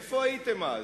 איפה הייתם אז?